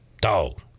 dog